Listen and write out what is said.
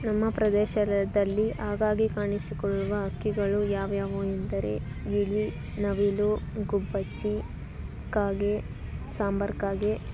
ನಮ್ಮ ಪ್ರದೇಶದಲ್ಲಿ ಆಗಾಗ ಕಾಣಿಸಿಕೊಳ್ಳುವ ಹಕ್ಕಿಗಳು ಯಾವ ಯಾವ ಎಂದರೆ ಗಿಳಿ ನವಿಲು ಗುಬ್ಬಚ್ಚಿ ಕಾಗೆ ಸಾಂಬಾರು ಕಾಗೆ